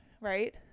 right